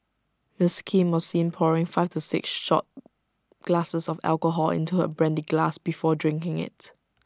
miss Kim was seen pouring five to six shot glasses of alcohol into her brandy glass before drinking IT